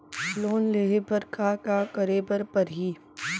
Loan लेहे बर का का का करे बर परहि?